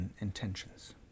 intentions